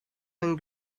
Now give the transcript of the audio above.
and